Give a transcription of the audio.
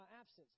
absence